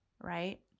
right